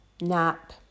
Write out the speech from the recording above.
nap